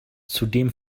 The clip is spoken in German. zudem